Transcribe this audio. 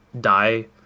die